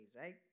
right